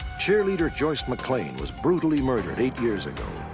cheerleader joyce mclain was brutally murdered eight years ago.